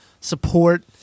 support